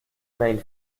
main